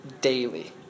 daily